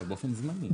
באופן זמני.